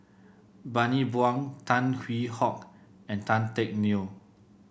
Bani Buang Tan Hwee Hock and Tan Teck Neo